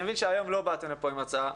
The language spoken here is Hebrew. אני מבין שהיום לא באתם לפה עם הצעה.